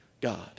God